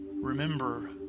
remember